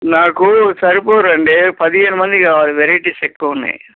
నాకు సరిపోరండి పదిహేను మంది వెరైటీస్ ఎక్కువ ఉన్నాయి